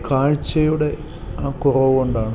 കാഴ്ച്ചയുടെ ആ കുറവുകൊണ്ടാണ്